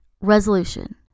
Resolution